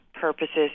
purposes